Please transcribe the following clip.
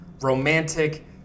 romantic